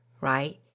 right